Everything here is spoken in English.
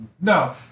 No